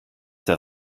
der